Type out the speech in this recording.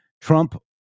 Trump